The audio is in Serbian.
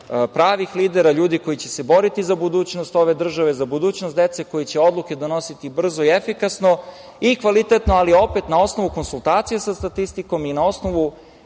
pravih lidera, ljudi koji će se boriti za budućnost ove države, za budućnost dece koji će odluke donositi brzo i efikasno i kvalitetno, ali opet, na osnovu konsultacija sa statistikom i na osnovu